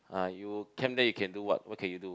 uh you camp day you can do what what can you do